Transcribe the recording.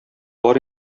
бар